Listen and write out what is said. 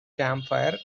campfire